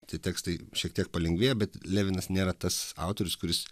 tie tekstai šiek tiek palengvėja bet levinas nėra tas autorius kuris